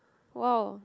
!wow!